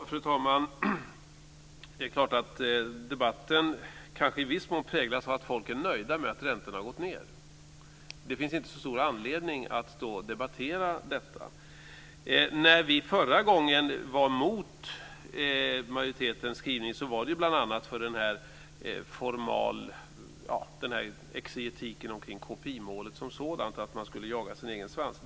Fru talman! Det är klart att debatten kanske i viss mån präglas av att människor är nöjda med att räntorna gått ned. Det finns inte så stor anledning att då debattera detta. När vi förra gången var emot majoritetens skrivning vad det bl.a. för exegetiken omkring KPI-målet som sådant, att man skulle jaga sin egen svans.